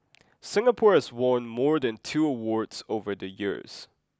Singapore has won more than two awards over the years